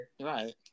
right